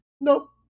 Nope